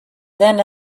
then